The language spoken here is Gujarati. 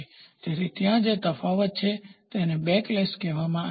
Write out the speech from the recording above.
તેથી ત્યાં જે તફાવત છે તેને બેકલેશ કહેવામાં આવે છે